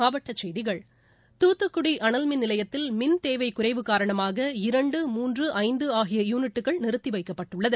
மாவட்டச் செய்திகள் தூத்துக்குடி அனல் மின்நிலையத்தில் மின் தேவை குறைவு காரணமாக இரண்டு மூன்று ஐந்து ஆகிய யூனிட்டுகள் நிறுத்தி வைக்கப்பட்டுள்ளது